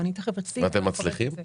ואתם מצליחים?